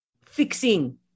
fixing